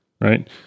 right